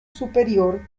superior